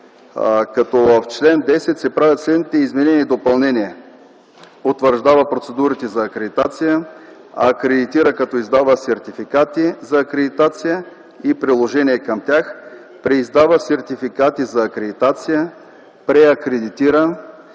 като в чл. 10 се правят следните изменения и допълнения: утвърждава процедурите за акредитация; акредитира, като издава сертификати за акредитация и приложения към тях; преиздава сертификати за акредитация; преакредитира; утвърждава правила за работа